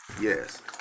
Yes